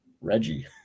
reggie